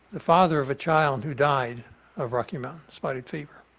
the father of a child who died of rocky mountain spotted fever.